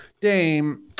Dame